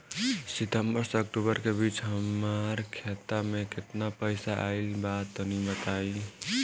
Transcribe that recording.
सितंबर से अक्टूबर के बीच हमार खाता मे केतना पईसा आइल बा तनि बताईं?